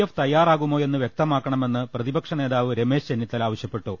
F തയാറാകുമോ യെന്ന് വ്യക്തമാക്കണമെന്ന് പ്രതിപക്ഷ നേതാവ് രമേശ് ചെന്നി ത്തല ആവശ്യപ്പെട്ടു